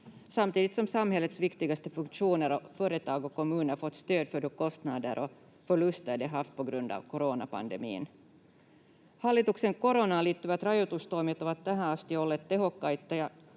samtidigt som samhällets viktigaste funktioner och företag och kommuner fått stöd för de kostnader och förluster de haft på grund av coronapandemin. Hallituksen koronaan liittyvät rajoitustoimet ovat tähän asti olleet tehokkaita,